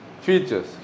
Features